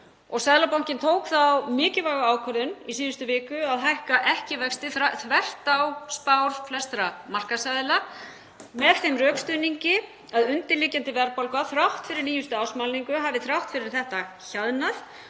Seðlabankinn tók þá mikilvægu ákvörðun í síðustu viku að hækka ekki vexti, þvert á spár flestra markaðsaðila, með þeim rökstuðningi að undirliggjandi verðbólga, þrátt fyrir nýjustu ársmælingu, hafi þrátt fyrir þetta hjaðnað